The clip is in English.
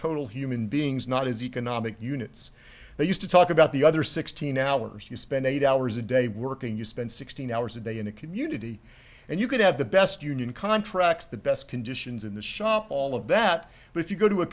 total human beings not as economic units they used to talk about the other sixteen hours you spend eight hours a day working you spend sixteen hours a day in a community and you could have the best union contracts the best conditions in the shop all of that but if you go to a